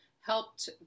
helped